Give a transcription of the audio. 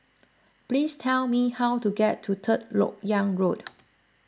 please tell me how to get to Third Lok Yang Road